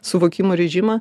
suvokimo režimą